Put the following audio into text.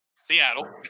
Seattle